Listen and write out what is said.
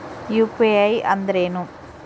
UPI ಅಂದ್ರೇನು?